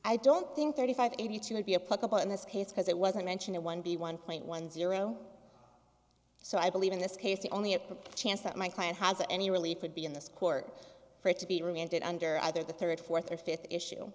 i don't think thirty five eighty two would be a political in this case because it wasn't mentioned one b one point one zero so i believe in this case the only a chance that my client has any relief would be in this court for it to be remanded under either the third fourth or fifth issue